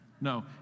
No